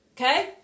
Okay